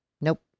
nope